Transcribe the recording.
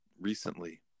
recently